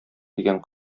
дигән